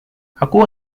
aku